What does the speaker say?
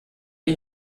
der